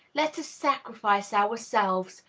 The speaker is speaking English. let us sacrifice ourselves,